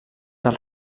dels